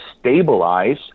stabilize